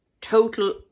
total